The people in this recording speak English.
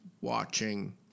watching